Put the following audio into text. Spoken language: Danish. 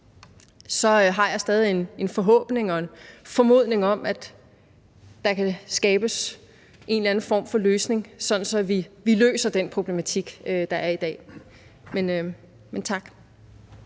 har jeg stadig en forhåbning og en formodning om, at der kan skabes en eller anden form for løsning, sådan at vi løser den problematik, der er i dag. Tak.